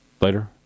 later